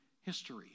history